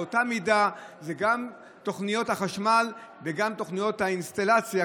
באותה מידה זה גם תוכניות החשמל וגם תוכניות האינסטלציה,